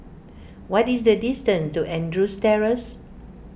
what is the distance to Andrews Terrace